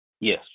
Yes